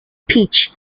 pitch